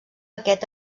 aquest